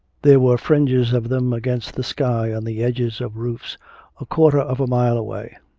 there were fringes of them against the sky on the edges of roofs a quarter of a mile away.